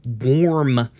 warm